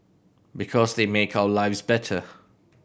because they make our lives better